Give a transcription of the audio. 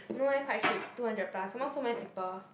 no eh quite cheap two hundred plus some more so many people